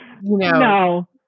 No